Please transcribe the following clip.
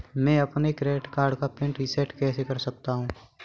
मैं अपने credit card का पिन रिसेट कैसे कर सकता हूँ?